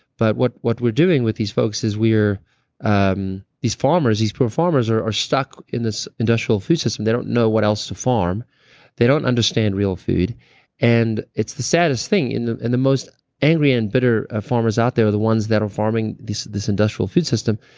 but what what we're doing with these folks is um these farmers, these poor farmers are are stocked in this industrial food system. they don't know what else to farm they don't understand real food and it's the saddest thing. in the and the most angry and bitter ah farmers out there are the ones that are farming this industrial food system.